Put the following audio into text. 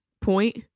point